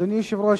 אדוני היושב-ראש,